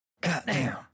Goddamn